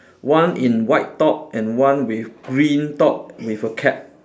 one in white top and one with green top with a cap